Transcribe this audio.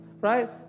right